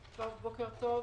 בוקר טוב,